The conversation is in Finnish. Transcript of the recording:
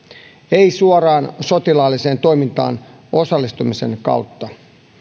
ei suoraan sotilaalliseen toimintaan osallistumisen kautta